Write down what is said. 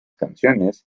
canciones